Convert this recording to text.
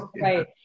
Right